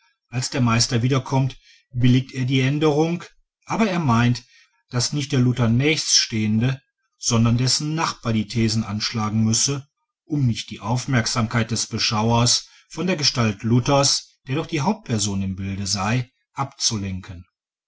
als der meister wieder kommt billigt er die änderung aber er meint daß nicht der luther nächststehende sondern dessen nachbar die thesen anschlagen müsse um nicht die aufmerksamkeit des beschauers von der gestalt luthers der doch die hauptperson im bilde sei abzulenken